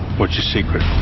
what's your secret?